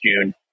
June